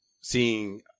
seeing